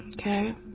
Okay